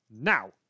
Now